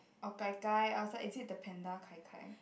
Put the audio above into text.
orh gai gai i was like is it the panda Kai-Kai